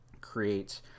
create